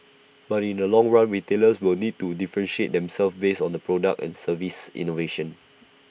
but in the long run retailers will need to differentiate themselves based on the product and service innovation